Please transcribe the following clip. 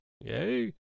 Yay